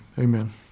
Amen